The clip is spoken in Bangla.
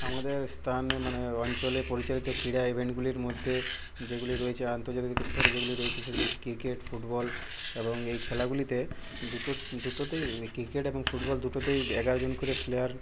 আমাদের স্থানে মানে অঞ্চলে পরিচালিত ক্রীড়া ইভেন্টগুলির মধ্যে যেগুলি রয়েছে আন্তর্জাতিক স্তরে যেগুলি রয়েছে সেগুলি হচ্ছে ক্রিকেট ফুটবল এবং এই খেলাগুলিতে দুটোতেই ক্রিকেট এবং ফুটবল দুটোতেই এগারো জন করে প্লেয়ার